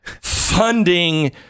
funding